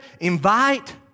invite